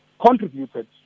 contributed